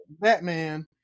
Batman